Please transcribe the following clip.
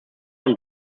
und